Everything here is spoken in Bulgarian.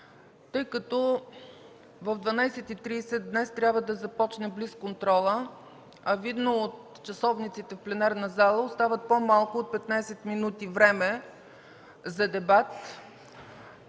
Тъй като в 12,30 ч. днес трябва да започне блиц контролът, а видно от часовниците в пленарната зала остават по-малко от 15 минути време за дебат,